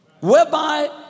whereby